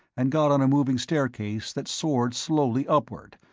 and got on a moving staircase that soared slowly upward,